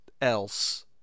else